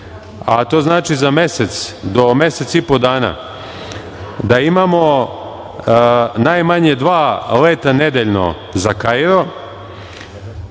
a to znači za mesec do mesec i po dana, da imamo najmanje dva leta nedeljno za Kairo.